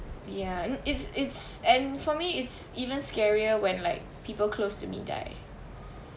yeah and it's it's and for me it's even scarier when like people close to me die